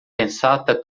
pensata